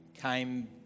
came